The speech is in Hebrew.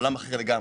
עולם אחר לגמרי.